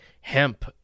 hemp